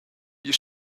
you